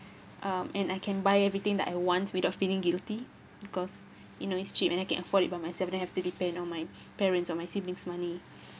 um and I can buy everything that I want without feeling guilty because you know it's cheap and I can afford it by myself don't have to depend on my parents or my siblings' money